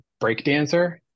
breakdancer